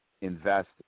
invest